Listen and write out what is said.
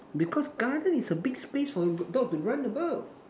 because garden is a big space for dog to run about